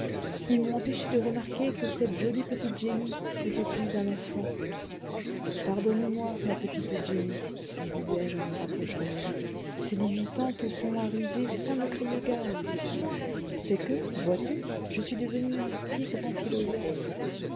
ils m'ont empêché de remarquer que cette jolie petite jenny n'était plus un enfant pardonne-moi ma petite jenny lui disais-je en me rapprochant d'elle tes dix-huit ans te sont arrivés sans me crier gare c'est que vois-tu je suis devenu un si grand philosophe